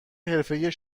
حرفهای